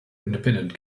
independent